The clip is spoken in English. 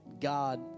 God